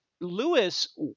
Lewis